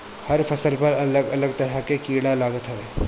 हर फसल पर अलग अलग तरह के कीड़ा लागत हवे